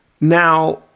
now